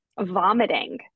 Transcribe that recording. vomiting